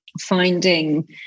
finding